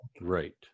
right